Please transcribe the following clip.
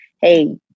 hey